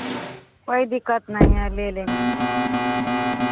कोई दिक्कत नहीं है ले लेंगे